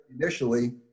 initially